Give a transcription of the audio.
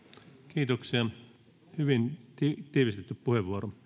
kiitoksia hyvin tiivistetty puheenvuoro